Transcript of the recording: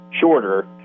shorter